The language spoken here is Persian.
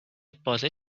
بازه